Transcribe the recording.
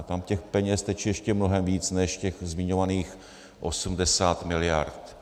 A tam těch peněz teče ještě mnohem víc než těch zmiňovaných 80 mld.